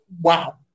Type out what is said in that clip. wow